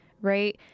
right